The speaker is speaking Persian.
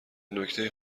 نکته